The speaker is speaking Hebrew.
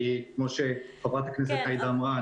כי כמו שחברת הכנסת עאידה אמרה,